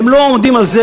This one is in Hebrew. הם לא עומדים על זה